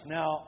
Now